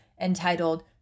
entitled